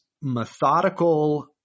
methodical